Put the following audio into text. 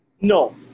No